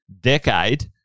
decade